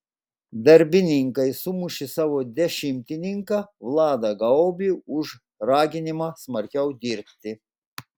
darbininkai sumušė savo dešimtininką vladą gaubį už raginimą smarkiau dirbti